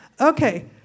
Okay